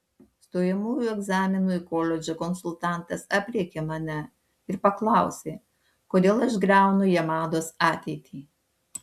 stojamųjų egzaminų į koledžą konsultantas aprėkė mane ir paklausė kodėl aš griaunu jamados ateitį